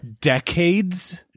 Decades